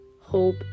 hope